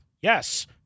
Yes